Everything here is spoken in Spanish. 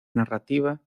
narrativa